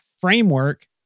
framework